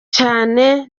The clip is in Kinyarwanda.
cyangwa